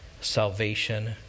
salvation